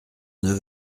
neuf